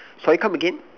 sorry come again